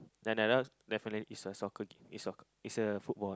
then at last definitely is a soccer game is soccer is a football